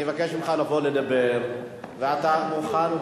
אני מבקש ממך לבוא לדבר ואתה מוכן.